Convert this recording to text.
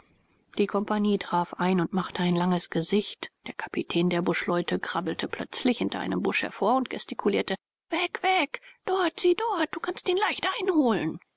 die kompagnie traf ein und machte ein langes gesicht der kapitän der buschleute krabbelte plötzlich hinter einem busch hervor und gestikulierte weg weg dort sieh dort du kannst ihn leicht einholen